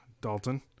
Dalton